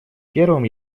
первым